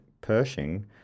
Pershing